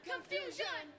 Confusion